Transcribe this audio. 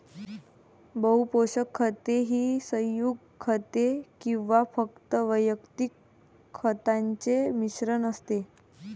बहु पोषक खते ही संयुग खते किंवा फक्त वैयक्तिक खतांचे मिश्रण असते